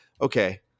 okay